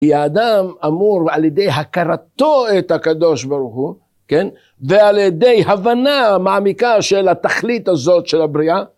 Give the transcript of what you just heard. כי האדם אמור על ידי הכרתו את הקדוש ברוך הוא, כן? ועל ידי הבנה מעמיקה של התכלית הזאת של הבריאה.